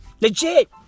Legit